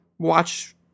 Watch